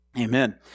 Amen